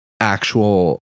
actual